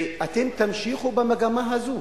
ואתם תמשיכו במגמה הזאת,